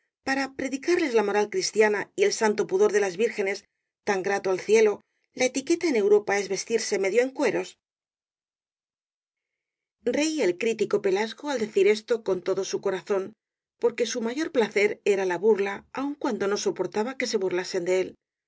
para predicarles la moral cristiana y el santo pudor de las vírgenes tan grato al cielo la etiqueta en europa es vestirse medio en cueros reía el crítico pelasgo al decir esto con todo su i rosalía de castro corazón porque su mayor placer era la burla aun cuando no soportaba que se burlasen de él